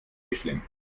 mischling